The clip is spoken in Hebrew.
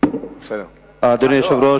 אדוני היושב-ראש,